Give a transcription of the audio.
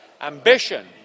ambition